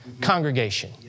congregation